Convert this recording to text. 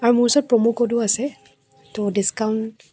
আৰু মোৰ ওচৰত প্ৰ'ম' ক'ডো আছে ত' ডিছকাউণ্ট